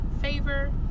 favor